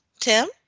Tim